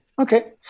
okay